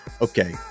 Okay